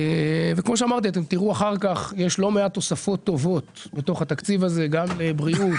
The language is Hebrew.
יש לא מעט תוספות טובות בתוך התקציב הזה לבריאות,